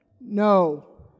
No